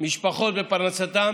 משפחות בפרנסתן